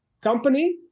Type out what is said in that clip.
company